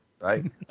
Right